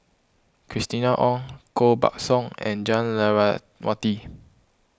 Christina Ong Koh Buck Song and Jah Lelawati